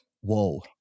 Whoa